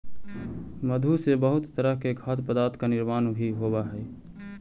मधु से बहुत तरह के खाद्य पदार्थ का निर्माण भी होवअ हई